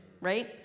right